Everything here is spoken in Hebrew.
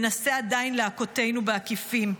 מנסה עדיין להכותנו בעקיפין,